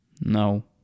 No